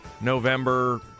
November